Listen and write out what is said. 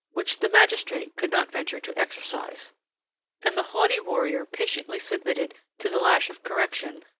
which the magistrate could not venture to exercise and the haughty warrior patiently submitted to the lash of correction,